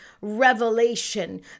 Revelation